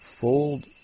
fold